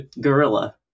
gorilla